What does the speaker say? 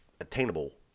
attainable